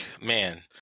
man